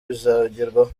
bizagerwaho